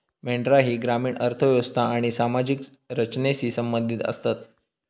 मेंढरा ही ग्रामीण अर्थ व्यवस्था आणि सामाजिक रचनेशी संबंधित आसतत